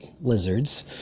lizards